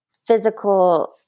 physical